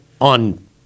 on